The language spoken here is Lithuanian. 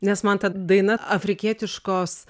nes man ta daina afrikietiškos